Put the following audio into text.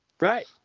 Right